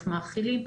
איך מאכילים,